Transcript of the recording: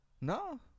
No